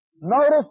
Notice